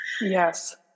Yes